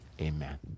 Amen